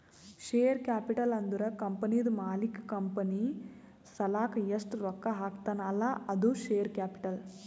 share capital ಅಂದುರ್ ಕಂಪನಿದು ಮಾಲೀಕ್ ಕಂಪನಿ ಸಲಾಕ್ ಎಸ್ಟ್ ರೊಕ್ಕಾ ಹಾಕ್ತಾನ್ ಅಲ್ಲಾ ಅದು ಶೇರ್ ಕ್ಯಾಪಿಟಲ್